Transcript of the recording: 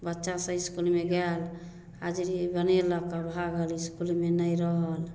बच्चा सब इसकुलमे गेल हाजरी बनेलक आ भागल इसकुलमे नहि रहल